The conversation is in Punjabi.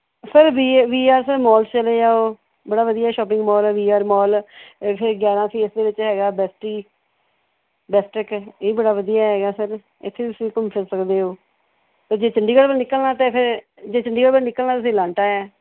ਸਰ ਵੀ ਏ ਵੀ ਆਰ ਸਰ ਮੌਲ ਚਲੇ ਜਾਓ ਬੜਾ ਵਧੀਆ shopping mall V R mall ਇੱਥੇ ਗਿਆਰਾਂ ਫੇਸ ਦੇ ਵਿੱਚ ਹੈਗਾ ਬੇਸਟੀ ਬੇਸਟਟੈਂਕ ਹੈ ਇਹ ਬੜਾ ਵਧੀਆ ਹੈਗਾ ਸਰ ਇੱਥੇ ਤੁਸੀਂ ਘੁੰਮ ਫਿਰ ਸਕਦੇ ਹੋ ਸਰ ਜੇ ਚੰਡੀਗੜ੍ਹ ਵੱਲ ਨਿਕਲਣਾ ਤਾਂ ਫੇਰ ਜੇ ਚੰਡੀਗੜ੍ਹ ਵੱਲ ਨਿਕਲਣਾ ਤੁਸੀਂ ਅਲਾਂਟਾ ਹੈ